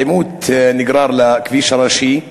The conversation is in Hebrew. העימות נגרר לכביש הראשי,